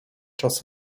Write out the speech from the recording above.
czas